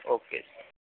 okay